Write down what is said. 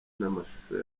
n’amashusho